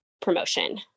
promotion